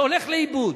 וזה הולך לאיבוד.